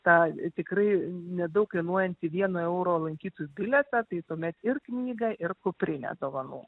tą tikrai nedaug kainuojantį vieno euro lankytojų bilietą tai tuomet ir knygą ir kuprinę dovanų